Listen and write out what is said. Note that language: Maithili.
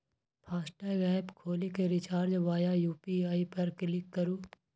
फास्टैग एप खोलि कें रिचार्ज वाया यू.पी.आई पर क्लिक करू